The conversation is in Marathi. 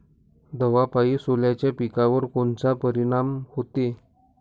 दवापायी सोल्याच्या पिकावर कोनचा परिनाम व्हते?